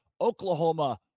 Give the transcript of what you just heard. Oklahoma